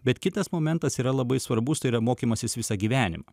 bet kitas momentas yra labai svarbus tai yra mokymasis visą gyvenimą